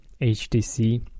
HTC